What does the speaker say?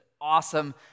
awesome